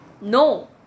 No